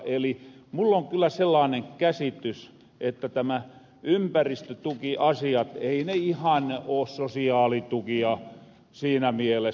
eli mul on kyllä sellaanen käsitys että nämä ympäristötukiasiat ei ne ihan oo sosiaalitukia siinä mieles